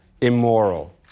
immoral